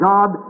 God